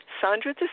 Sandra